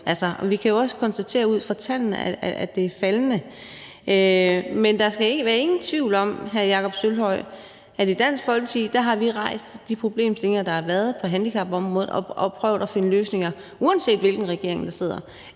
Vi kan jo også konstatere ud fra tallene, at det er faldende. Men der er ingen tvivl om, hr. Jakob Sølvhøj, at i Dansk Folkeparti har vi rejst de problemstillinger, der har været på handicapområdet, og prøvet at finde løsninger, uanset hvilken regering der har siddet.